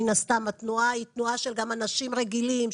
מן הסתם התנועה היא תנועה גם של אנשים רגילים,